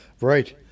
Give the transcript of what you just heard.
right